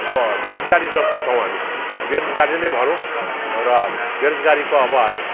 अब बेरोजगारी जस्तो छौँ हामी बेरोजगारी नै भनौँ र बेरोजगारीको अब